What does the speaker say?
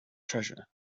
treasure